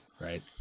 right